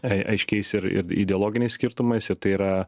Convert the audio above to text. ai aiškiais ir ir ideologiniais skirtumais ir tai yra